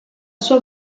sua